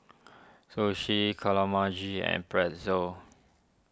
Sushi and Pretzel